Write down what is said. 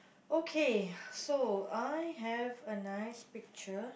okay so I have a nice picture